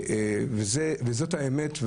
זאת האמת,